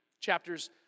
chapters